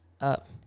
up